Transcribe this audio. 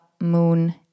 Moon